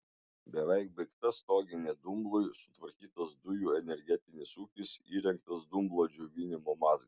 beveik baigta stoginė dumblui sutvarkytas dujų energetinis ūkis įrengtas dumblo džiovinimo mazgas